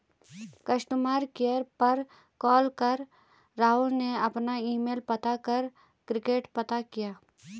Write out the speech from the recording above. customer care पर call कर राहुल ने अपना ईमेल बता कर क्रेडिट पता किया